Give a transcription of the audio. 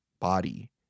body